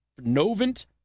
Novant